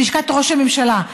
של לשכת ראש הממשלה,